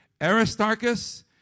Aristarchus